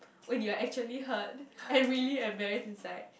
when you are actually hurt and really embarrassed inside